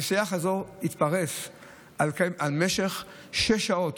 הנסיעה חזור התפרסה על שש שעות,